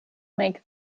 make